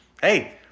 hey